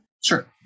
Sure